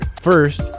First